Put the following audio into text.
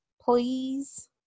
Please